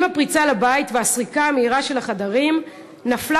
עם הפריצה לבית והסריקה המהירה של החדרים נפלה